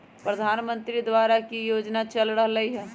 प्रधानमंत्री द्वारा की की योजना चल रहलई ह?